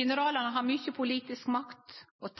Generalane har mykje politisk makt, og